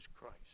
Christ